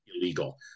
illegal